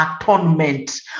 atonement